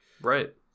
right